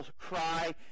cry